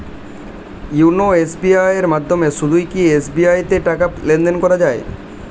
YONO SBI এর মাধ্যমে শুধুই কি এস.বি.আই তে টাকা লেনদেন করা যায়?